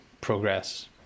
progress